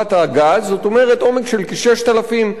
בעומק של כ-6,000 מטר ומעלה,